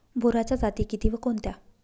बोराच्या जाती किती व कोणत्या?